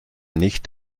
nicht